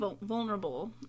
vulnerable